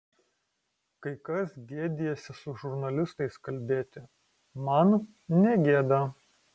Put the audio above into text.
kai kas gėdijasi su žurnalistais kalbėti man negėda